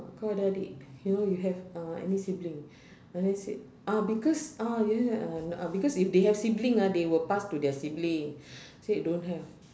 kau ada adik you know you have uh any sibling and then said ah because ah because if they have sibling ah they will pass to their sibling said don't have